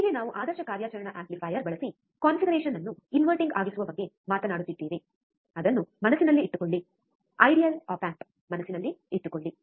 ಹೀಗೆ ನಾವು ಆದರ್ಶ ಕಾರ್ಯಾಚರಣಾ ಆಂಪ್ಲಿಫೈಯರ್ ಬಳಸಿ ಕಾನ್ಫಿಗರೇಶನ್ ಅನ್ನು ಇನ್ವರ್ಟಿಂಗ್ ಆಗಿಸುವ ಬಗ್ಗೆ ಮಾತನಾಡುತ್ತಿದ್ದೇವೆ ಅದನ್ನು ಮನಸ್ಸಿನಲ್ಲಿಟ್ಟುಕೊಳ್ಳಿ ideal op amp ಮನಸ್ಸಿನಲ್ಲಿಟ್ಟುಕೊಳ್ಳಿ